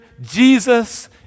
Jesus